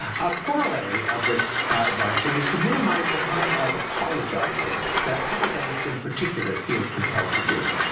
a corollary of this advisory is to minimise the kind of apologising that academics in particular feel compelled to do.